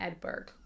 Edberg